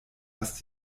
was